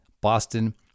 Boston